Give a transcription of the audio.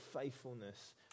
faithfulness